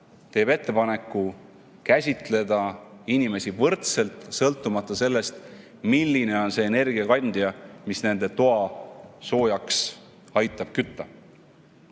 teeb ettepaneku käsitleda inimesi võrdselt, sõltumata sellest, milline on see energiakandja, mis aitab nende tuba soojaks kütta.